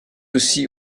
aussi